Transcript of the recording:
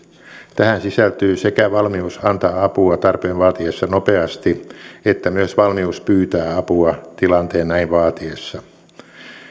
tähän sisältyy sekä valmius antaa apua tarpeen vaatiessa nopeasti että myös valmius pyytää apua tilanteen näin vaatiessa